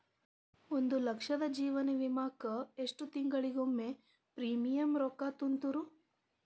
ಒಂದ್ ಲಕ್ಷದ ಜೇವನ ವಿಮಾಕ್ಕ ಎಷ್ಟ ತಿಂಗಳಿಗೊಮ್ಮೆ ಪ್ರೇಮಿಯಂ ರೊಕ್ಕಾ ತುಂತುರು?